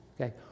okay